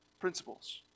Principles